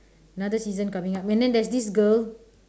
another season coming up and then there is this girl